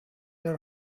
your